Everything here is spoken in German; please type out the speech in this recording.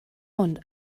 und